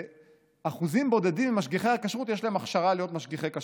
שלאחוזים בודדים ממשגיחי הכשרות יש הכשרה להיות משגיחי כשרות,